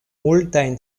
multajn